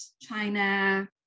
China